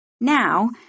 Now